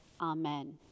amen